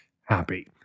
happy